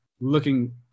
looking